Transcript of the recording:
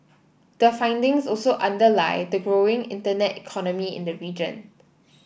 the findings also underlie the growing internet economy in the region